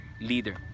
leader